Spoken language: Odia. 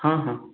ହଁ ହଁ